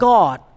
God